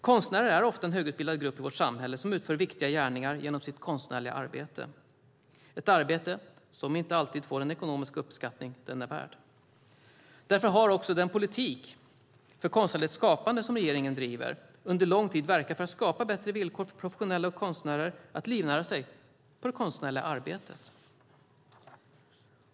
Konstnärer är en ofta högutbildad grupp i vårt samhälle som utför viktiga gärningar genom sitt konstnärliga arbete, ett arbete som inte alltid får den ekonomiska uppskattning det är värt. Därför har också den politik för konstnärligt skapande som regeringen driver under lång tid verkat för att skapa bättre villkor för professionella konstnärer att livnära sig på det konstnärliga arbetet.